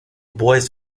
boys